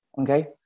Okay